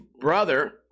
brother